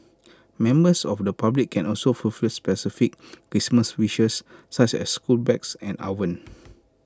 members of the public can also fulfil specific Christmas wishes such as school bags and ovens